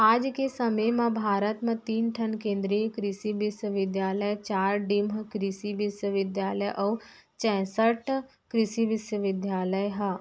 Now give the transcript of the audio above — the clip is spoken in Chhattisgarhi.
आज के समे म भारत म तीन ठन केन्द्रीय कृसि बिस्वबिद्यालय, चार डीम्ड कृसि बिस्वबिद्यालय अउ चैंसठ कृसि विस्वविद्यालय ह